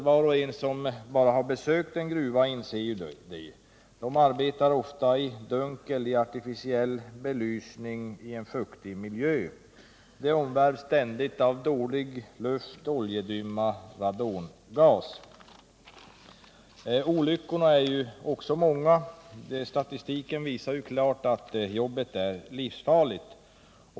Var och en som bara har besökt en gruva inser det. Gruvarbetarna arbetar ofta i dunkel, i artificiell belysning i en fuktig miljö. De omvärvs ständigt av dålig luft, oljedimma och radongas. Olyckorna är också många. Statistiken visar klart att jobbet är livsfarligt.